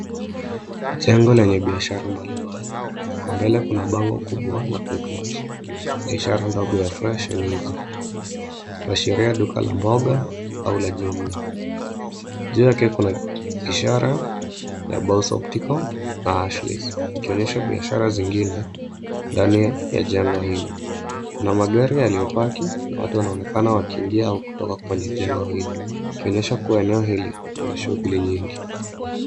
Jengo lenye biashara mbalimbali, kwa mbele kuna bango kubwa la Quickmart na ishara ndogo ya fresh and easy kuashiria duka la mboga au la jumla. Nje yake kuna ishara ya Baus Optical na Ashleys ikionyesha biashara zingine ndani ya jengo hilo. Kuna magari yaliyopaki na watu wanaonekana wakiingia au kutoka kwenye jengo hilo, ikionyesha kuwa eneo hili lina shughuli nyingi.